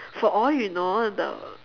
for all you know the